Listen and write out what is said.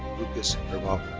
lucas carvalho.